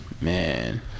Man